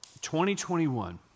2021